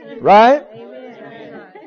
Right